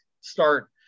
start